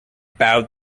bowed